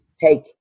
take